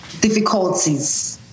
difficulties